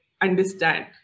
understand